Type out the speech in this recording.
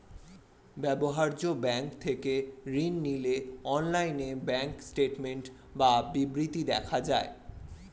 ব্যবহার্য ব্যাঙ্ক থেকে ঋণ নিলে অনলাইনে ব্যাঙ্ক স্টেটমেন্ট বা বিবৃতি দেখা যায়